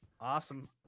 Awesome